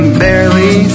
barely